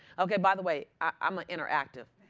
ok. by the way, i'm ah interactive.